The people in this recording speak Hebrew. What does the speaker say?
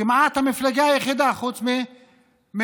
כמעט המפלגה היחידה חוץ ממרצ,